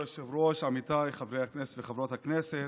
כבוד היושב-ראש, עמיתיי חברות וחברי הכנסת,